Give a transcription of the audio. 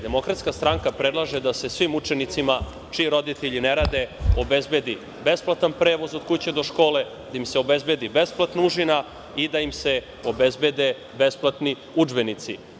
Demokratska stranka predlaže da se svim učenicima čiji roditelji ne rade obezbedi besplatan prevoz od kuće do škole, da im se obezbedi besplatna užina i da im se obezbede besplatni udžbenici.